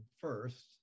first